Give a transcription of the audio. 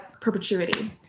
perpetuity